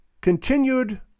continued